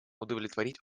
удовлетворить